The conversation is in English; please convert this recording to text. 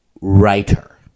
writer